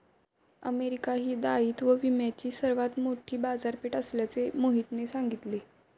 America ही दायित्व विम्याची सर्वात मोठी बाजारपेठ असल्याचे मोहितने सांगितले